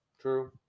True